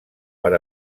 per